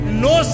no